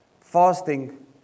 Fasting